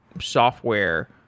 software